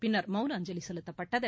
பின்னர் மவுன அஞ்சலி செலுத்தப்பட்டது